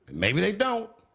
maybe they don't.